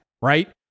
right